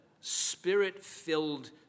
spirit-filled